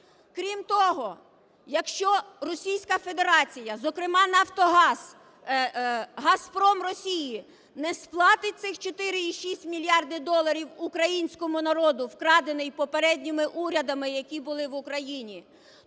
Крім того, якщо Російська Федерація, зокрема "Нафтогаз", "Газпром" Росії, не сплатить цих 4,6 мільярди доларів українському народу, вкрадений попередніми урядами, які були в Україні,